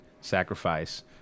sacrifice